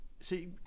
see